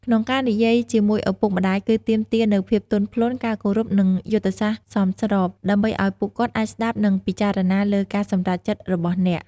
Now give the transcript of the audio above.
ក្នុងការនិយាយជាមួយឪពុកម្ដាយគឺទាមទារនូវភាពទន់ភ្លន់ ការគោរព និងយុទ្ធសាស្ត្រសមស្រប ដើម្បីឱ្យពួកគាត់អាចស្ដាប់និងពិចារណាលើការសម្រេចចិត្តរបស់អ្នក។